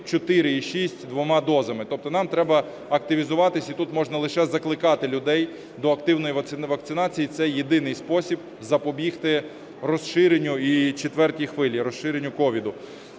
4,6 двома дозами. Тобто нам треба активізуватись і тут можна лише закликати людей до активної вакцинації – це єдиний спосіб запобігти розширенню і четвертій хвилі, розширенню COVID.